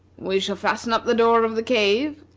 we shall fasten up the door of the cave,